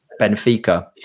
Benfica